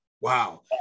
Wow